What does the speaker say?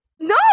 No